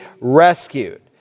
rescued